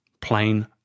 Plain